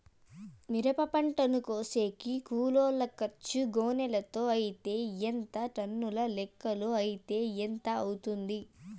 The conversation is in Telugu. మిరప పంటను కోసేకి కూలోల్ల ఖర్చు గోనెలతో అయితే ఎంత టన్నుల లెక్కలో అయితే ఎంత అవుతుంది?